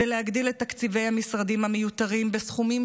זה להגדיל את תקציבי המשרדים המיותרים בסכומים